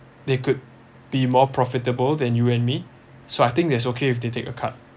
they could be more profitable than you and me so I think that's okay if they take a cut